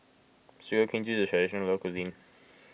Sugar Cane Juice is a Traditional Local Cuisine